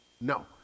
No